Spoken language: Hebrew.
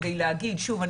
כדי להגיד שוב,